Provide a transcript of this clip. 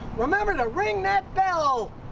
remember to ring that bell!